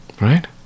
right